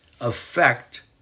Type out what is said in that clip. affect